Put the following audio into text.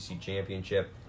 championship